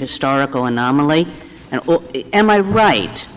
historical anomaly and am i right